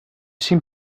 seem